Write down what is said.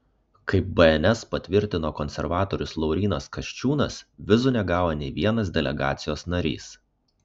kaip bns patvirtino konservatorius laurynas kasčiūnas vizų negavo nė vienas delegacijos narys